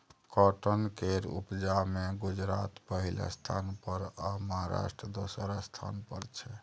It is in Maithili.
काँटन केर उपजा मे गुजरात पहिल स्थान पर आ महाराष्ट्र दोसर स्थान पर छै